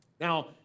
Now